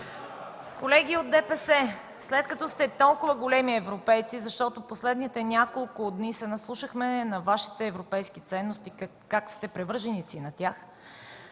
Колеги от ДПС, след като сте толкова големи европейци, защото последните няколко дни се наслушахме на Вашите европейски ценности – как сте привърженици на тях,